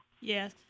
Yes